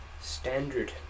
Standard